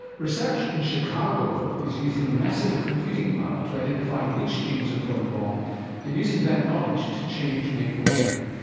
research in chicago though is using massive computing power to identify which genes are going wrong and using that knowledge to change medical care.